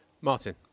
Martin